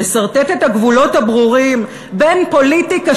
לסרטט את הגבולות הברורים בין פוליטיקה